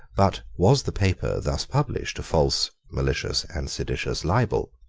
but was the paper thus published a false, malicious, and seditious libel?